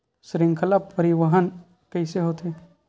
श्रृंखला परिवाहन कइसे होथे?